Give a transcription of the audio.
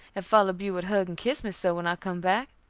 if all ob you wud hug and kiss me so when i cum back?